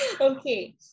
Okay